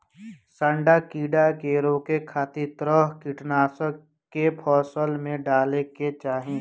सांढा कीड़ा के रोके खातिर तरल कीटनाशक के फसल में डाले के चाही